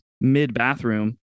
mid-bathroom